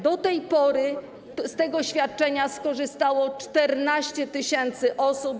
Do tej pory z tego świadczenia skorzystało 14 tys. osób.